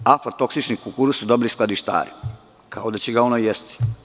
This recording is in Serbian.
Aflatoksični kukuruz su dobili skladištari, kao da će ga oni jesti.